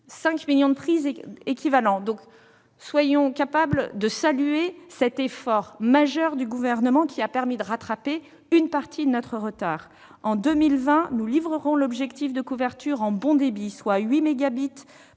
5 millions de prises équivalentes avaient été déployées. Soyons capables de saluer cet effort majeur du Gouvernement, qui a permis de rattraper une partie de notre retard. En 2020, nous livrerons l'objectif de couverture en bon débit, soit 8 mégabits